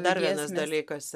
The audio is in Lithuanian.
dar vienas dalykas